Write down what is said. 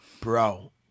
Bro